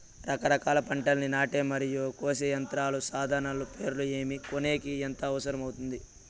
రకరకాల పంటలని నాటే మరియు కోసే యంత్రాలు, సాధనాలు పేర్లు ఏమి, కొనేకి ఎంత అవసరం అవుతుంది?